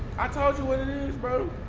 i told you what it is bruh.